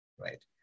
Right